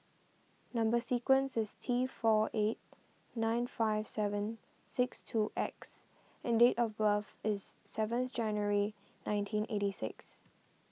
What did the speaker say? Number Sequence is T four eight nine five seven six two X and date of birth is seventh January nineteen eighty six